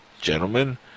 Gentlemen